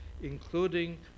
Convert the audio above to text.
including